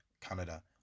Canada